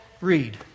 Read